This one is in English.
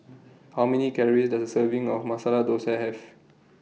How Many Calories Does A Serving of Masala Thosai Have